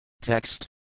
Text